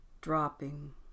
dropping